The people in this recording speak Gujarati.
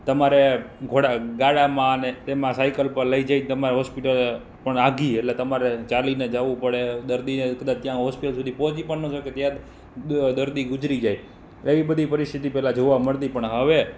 તમારે ગાડામાં ને તેમાં સાયકલ પર લઈ જઈ તમાર હોસ્પિટલ પણ આઘી એટલે તમારે ચાલીને જવું પડે દર્દી કદાચ ત્યાં હોસ્પિટલ સુધી પહોંચી પણ ન શકે ત્યાં દર્દી ત્યાં દર્દી ગુજરી જાય એ બધી પરિસ્થિતિ પહેલા જોવા મળતી પણ હવે